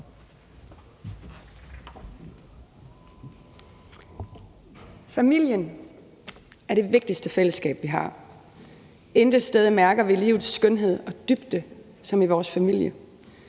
Familien er det vigtigste fællesskab, vi har. Intet sted mærker vi livets skønhed og dybde som i vores familie.